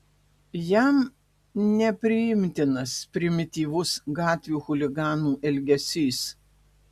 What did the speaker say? jam nepriimtinas primityvus gatvių chuliganų elgesys